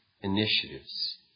initiatives